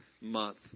month